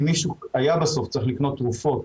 אם מישהו היה צריך לקנות תרופות